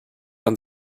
man